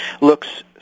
looks